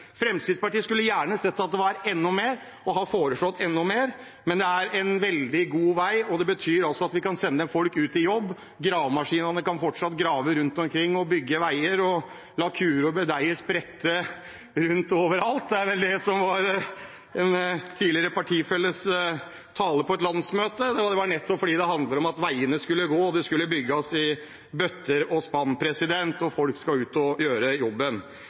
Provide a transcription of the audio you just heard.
Fremskrittspartiet skulle gjerne sett at det var enda mer, og har foreslått enda mer, men vi er på veldig god vei. Det betyr at vi kan sende folk ut i jobb, gravemaskinene kan fortsatt grave rundt omkring, man kan bygge veier og la kuer og budeier sprette rundt overalt – det var vel det en tidligere partifelle sa i sin tale på et landsmøte. Det handler om veiene, det skal bygges i bøtter og spann, og folk skal ut og gjøre jobben.